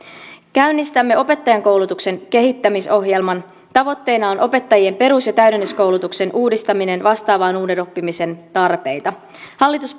käynnistämme opettajankoulutuksen kehittämisohjelman tavoitteena on opettajien perus ja täydennyskoulutuksen uudistaminen vastaamaan uuden oppimisen tarpeita hallitus